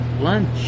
lunch